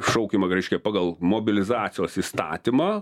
šaukiama reiškia pagal mobilizacijos įstatymą